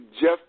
Jeff